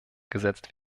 gesetzt